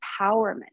empowerment